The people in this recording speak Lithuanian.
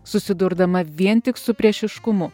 susidurdama vien tik su priešiškumu